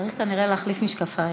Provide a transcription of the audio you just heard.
צריך כנראה להחליף משקפיים.